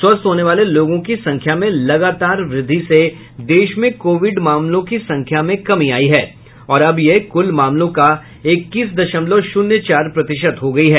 स्वस्थ होने वाले लोगों की संख्या में लगातार वृद्धि से देश में कोविड मामलों की संख्या में कमी आई है और अब यह कुल मामलों का इक्कीस दशमलव शून्य चार प्रतिशत हो गई है